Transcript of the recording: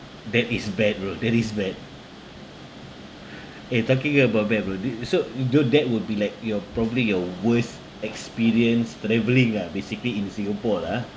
that is bad bro that is bad eh talking about bad bro do you so you do that would be like your probably your worst experience travelling lah basically in singapore lah